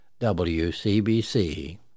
WCBC